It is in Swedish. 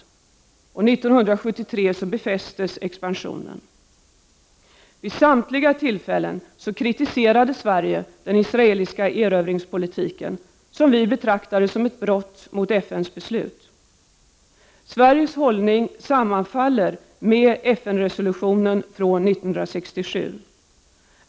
1973 befästes expansionen. Vid samtliga tillfällen kritiserade Sverige den israeliska erövringspolitiken som vi betraktade som ett brott mot FN:s beslut. Sveriges hållning sammanfaller med FN-resolutionen från 1967.